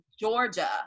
Georgia